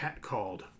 catcalled